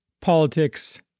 politics